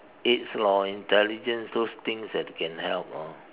aids lor intelligence those things that can help lor